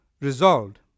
resolved